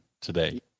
today